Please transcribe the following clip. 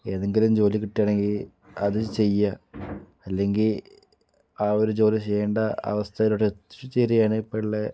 ഏതെങ്കിലും ജോലി കിട്ടുകയാണെങ്കിൽ അത് ചെയ്യുക അല്ലെങ്കിൽ ആ ഒരു ജോലി ചെയ്യേണ്ട അവസ്ഥയിലോട്ട് എത്തി ചേരുകയാണ് ഇപ്പോളുള്ള